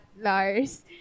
Lars